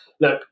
look